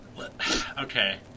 Okay